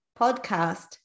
podcast